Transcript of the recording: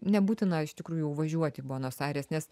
nebūtina iš tikrųjų jau važiuoti į buenos airės nes